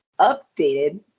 updated